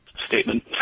statement